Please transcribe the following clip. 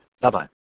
bye-bye